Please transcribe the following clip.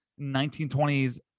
1920s